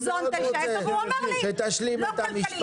והוא אומר לי שזה לא כלכלי.